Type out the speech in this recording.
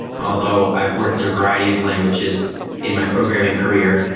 although i've worked in a variety of languages in my programming career.